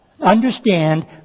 Understand